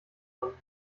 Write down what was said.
gründen